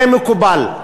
זה מקובל.